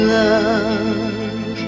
love